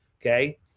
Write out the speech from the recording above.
Okay